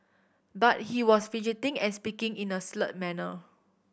but he was fidgeting and speaking in a slurred manner